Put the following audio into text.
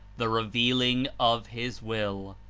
the re vealing of his will.